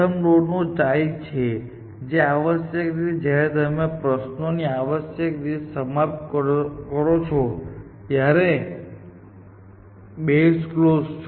પછીનો નોડ એ પ્રથમ નોડનું ચાઈલ્ડ છે જે આવશ્યકરીતે જ્યારે તમે પ્રશ્નોને આવશ્યકરીતે સમાપ્ત કરો છો ત્યારે બેઝ ક્લોઝ છે